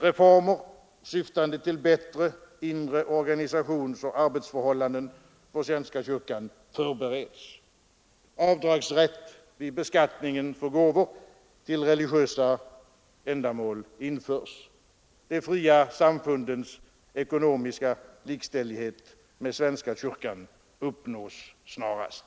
Reformer, syftande till bättre inre organisationsoch arbetsförhållanden för svenska kyrkan förbereds. Avdragsrätt vid beskattningen för gåvor till religiösa ändamål införs. De fria samfundens ekonomiska likställighet med svenska kyrkan uppnås snarast.